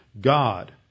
God